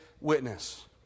witness